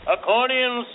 Accordion